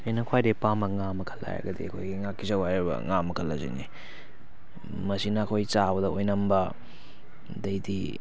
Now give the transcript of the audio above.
ꯑꯩꯅ ꯈ꯭ꯋꯥꯏꯗꯩ ꯄꯥꯝꯕ ꯉꯥ ꯃꯈꯜ ꯍꯥꯏꯔꯒꯗꯤ ꯑꯩꯈꯣꯏꯒꯤ ꯉꯥꯀꯤꯆꯧ ꯍꯥꯏꯔꯤꯕ ꯉꯥ ꯃꯈꯜ ꯑꯁꯤꯅꯤ ꯃꯁꯤꯅ ꯑꯩꯈꯣꯏ ꯆꯥꯕꯗ ꯑꯣꯏꯅꯝꯕ ꯑꯗꯩꯗꯤ